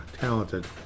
talented